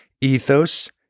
ethos